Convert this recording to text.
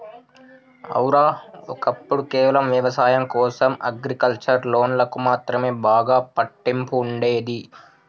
ఔర, ఒక్కప్పుడు కేవలం వ్యవసాయం కోసం అగ్రికల్చర్ లోన్లకు మాత్రమే బాగా పట్టింపు ఉండేది